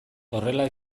horrela